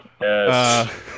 Yes